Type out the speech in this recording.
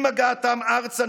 עם הגעתם ארצה,